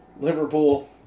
Liverpool